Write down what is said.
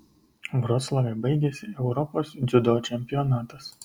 vroclave baigėsi europos dziudo čempionatas